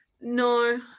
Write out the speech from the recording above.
No